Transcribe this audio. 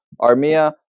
Armia